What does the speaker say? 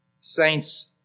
Saints